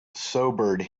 sobered